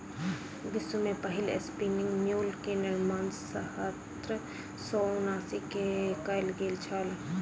विश्व में पहिल स्पिनिंग म्यूल के निर्माण सत्रह सौ उनासी में कयल गेल छल